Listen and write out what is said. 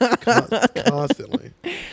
Constantly